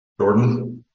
Jordan